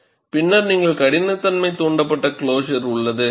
பின்னர் நீங்கள் கடினத்தன்மை தூண்டப்பட்ட க்ளோஸர் உள்ளது